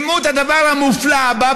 שמעו את הדבר ה"מופלא" הבא,